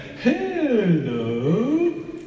hello